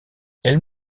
elle